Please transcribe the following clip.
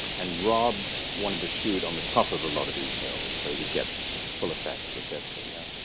and rob wanted to shoot on the top of a lot of these hills, so he could get the full effect of the vista. yeah